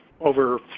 over